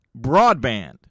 broadband